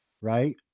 Right